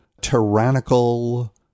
tyrannical